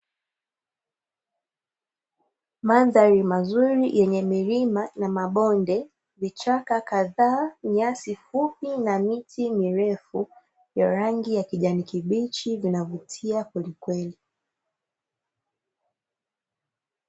Mandhari mazuri yenye milima na mabonde, vichaka kadhaa, nyasi fupi na miti mirefu ya rangi ya kijani kibichi zinavutia kwelikweli.